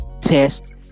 test